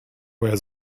were